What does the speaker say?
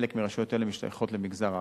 חלק מרשויות אלו משתייכות למגזר הערבי.